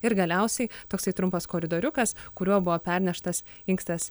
ir galiausiai toksai trumpas koridoriukas kuriuo buvo perneštas inkstas